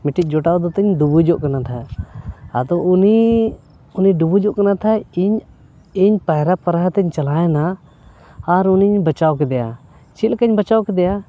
ᱢᱤᱫᱴᱤᱡ ᱡᱚᱴᱟᱣ ᱫᱚ ᱛᱤᱧ ᱰᱩᱵᱩᱡᱚᱜ ᱠᱟᱱᱟ ᱛᱟᱦᱮᱸ ᱟᱫᱚ ᱩᱱᱤ ᱰᱩᱵᱩᱡᱚᱜ ᱠᱟᱱᱟ ᱛᱟᱦᱮᱸ ᱤᱧ ᱤᱧ ᱯᱟᱭᱨᱟ ᱯᱟᱭᱨᱟᱛᱤᱧ ᱪᱟᱞᱟᱣᱮᱱᱟ ᱟᱨ ᱩᱱᱤᱧ ᱵᱟᱧᱪᱟᱣ ᱠᱮᱫᱮᱭᱟ ᱪᱮᱫ ᱞᱮᱠᱟᱧ ᱵᱟᱧᱪᱟᱣ ᱠᱮᱫᱮᱭᱟ